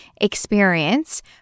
experience